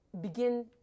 begin